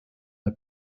der